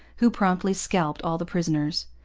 who promptly scalped all the prisoners.